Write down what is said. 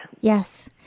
Yes